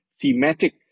thematic